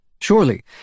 Surely